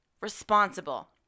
responsible